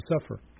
suffer